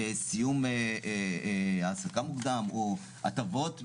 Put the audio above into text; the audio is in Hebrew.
סיום העסקה מוקדם או הטבות לפורשים,